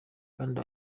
kandi